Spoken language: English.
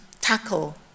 tackle